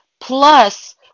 Plus